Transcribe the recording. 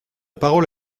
parole